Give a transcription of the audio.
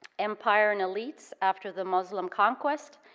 empire and elites after the muslim conquest,